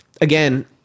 Again